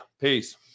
Peace